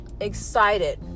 excited